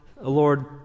Lord